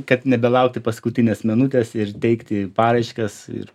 kad nebelaukti paskutinės minutės ir teikti paraiškas ir